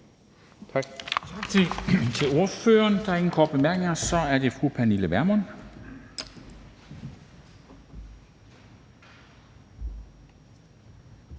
Tak.